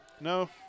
No